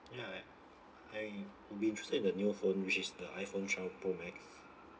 ya I uh I will be interested in the new phone which is the iPhone twelve pro max